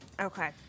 Okay